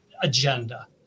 agenda